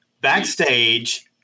backstage